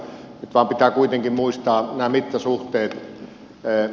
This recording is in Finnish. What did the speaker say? nyt vain pitää kuitenkin muistaa nämä mittasuhteet